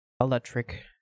electric